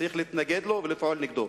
צריכים להתנגד להם ולפעול נגדם.